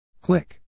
Click